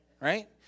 right